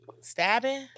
stabbing